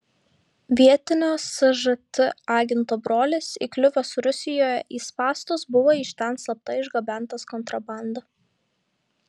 vietinio sžt agento brolis įkliuvęs rusijoje į spąstus buvo iš ten slapta išgabentas kontrabanda